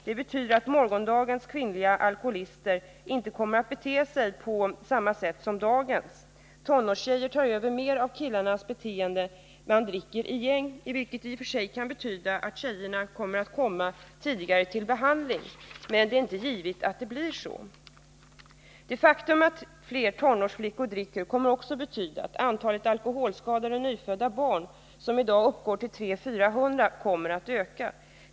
Det betyder att morgondagens kvinnliga alkoholist inte kommer att bete sig på samma sätt som dagens. Tonårstjejer tar över mer av killarnas beteende. Man dricker i gäng, vilket i och för sig kan betyda att också tjejerna kommer tidigare till behandling. Men det är inte givet att det blir så. Det faktum att fler tonårsflickor dricker kommer också att betyda att antalet alkoholskadade nyfödda barn, som i dag uppgår till 300-400, kommer att öka.